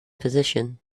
position